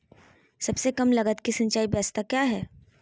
सबसे कम लगत की सिंचाई ब्यास्ता क्या है?